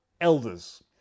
elders